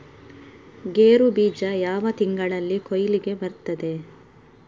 ಗೇರು ಬೀಜ ಯಾವ ತಿಂಗಳಲ್ಲಿ ಕೊಯ್ಲಿಗೆ ಬರ್ತದೆ?